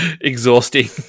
exhausting